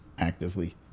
actively